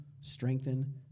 strengthen